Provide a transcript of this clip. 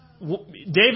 David